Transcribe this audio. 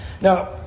Now